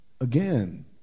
Again